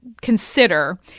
consider